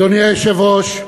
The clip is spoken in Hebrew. אדוני היושב-ראש,